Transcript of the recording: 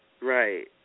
Right